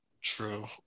True